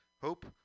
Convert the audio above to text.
hope